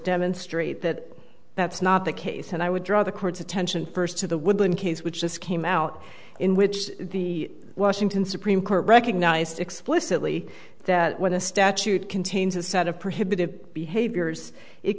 demonstrate that that's not the case and i would draw the court's attention first to the woodland case which just came out in which the washington supreme court recognized explicitly that when a statute contains a set of prohibitive behaviors it